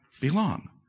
Belong